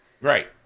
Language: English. Right